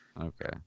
Okay